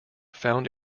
found